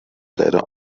leider